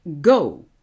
go